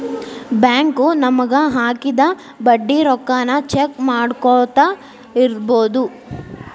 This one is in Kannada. ಬ್ಯಾಂಕು ನಮಗ ಹಾಕಿದ ಬಡ್ಡಿ ರೊಕ್ಕಾನ ಚೆಕ್ ಮಾಡ್ಕೊತ್ ಇರ್ಬೊದು